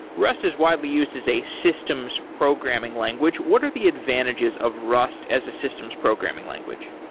rust is widely used as a systems programming language. what are the advantages of rust as a system's programming language?